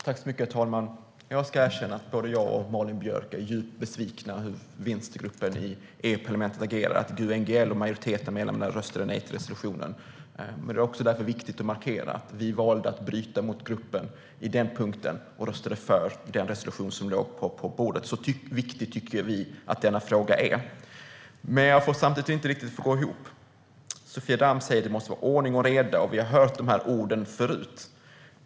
Herr talman! Jag ska erkänna att både jag och Malin Björk är djupt besvikna över hur vänstergruppen i EU-parlamentet har agerat. GUE/NGL och majoriteten av medlemmarna röstade nej till resolutionen. Men det är också viktigt att markera att vi valde att gå emot gruppen på den punkten och rösta för den resolution som låg på bordet. Så viktig tycker vi att denna fråga är. Men jag får det inte att gå ihop. Sofia Damm säger att det måste vara ordning och reda. Vi har hört de orden förut.